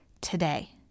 today